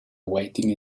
waiting